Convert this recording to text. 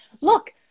Look